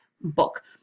book